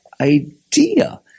idea